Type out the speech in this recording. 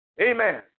Amen